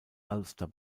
ulster